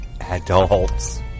adults